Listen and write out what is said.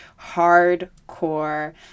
hardcore